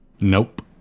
Nope